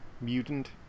mutant